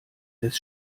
des